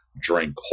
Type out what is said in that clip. drink